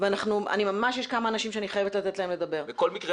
בכל מקרה,